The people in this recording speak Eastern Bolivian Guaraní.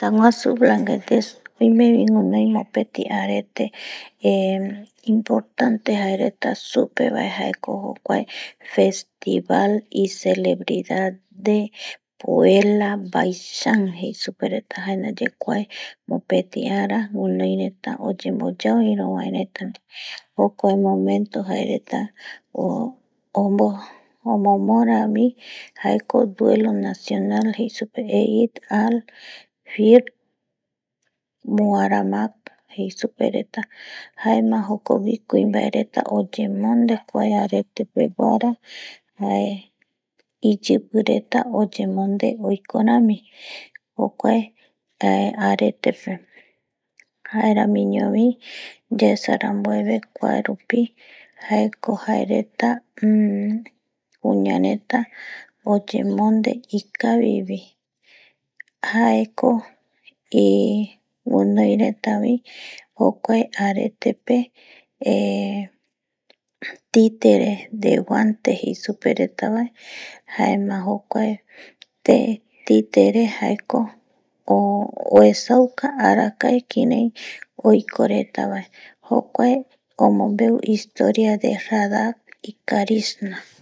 Teta guasu bangladesh oime vi guinoi mopeti arete inportante supe vae jaeko jokuae festival celabridades koelaschan jei supe reta jae naye kuae mopeti ara guinoi reta oyenboyao jokua momento jae reta omomoravi jaeko duelo nacional jei supe reta vae al fill moarama jei supe reta jaema jokogui kuimbae reta opa oyemonde arete peguara jae iyipi reta oyemonde oiko rami jokuae arete pe jaeramiñovi yaesara ranbueve kuae rupi jaeko jae jaereta kuña reta oyemonde kavi vi jaeko guinoiretavi jokuae arete pe titere deguante jei supe retavae jaema jokuae titere jaeko uesauka arakae yae guirai oiko retavae jokuae omonbeu historia de radar de carisma